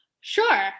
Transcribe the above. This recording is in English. sure